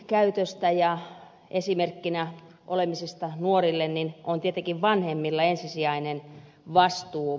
alkoholinkäytöstä ja esimerkkinä olemisesta nuorille on tietenkin vanhemmilla ensisijainen vastuu